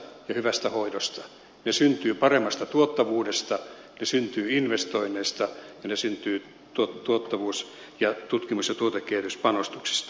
ne syntyvät työpanoksen määrästä ja hyvästä hoidosta ne syntyvät paremmasta tuottavuudesta ne syntyvät investoinneista ja ne syntyvät tuottavuus ja tutkimus ja tuotekehityspanostuksista